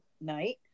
night